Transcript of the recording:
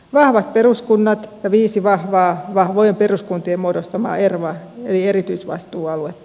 vahvat peruskunnat ja viisi vahvaa vahvojen peruskuntien muodostamaa ervaa eli erityisvastuualuetta